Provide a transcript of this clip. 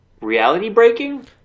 reality-breaking